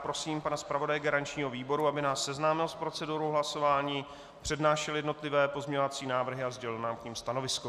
Prosím pana zpravodaje garančního výboru, aby nás seznámil s procedurou hlasování, přednášel jednotlivé pozměňovací návrhy a sdělil nám k nim stanovisko.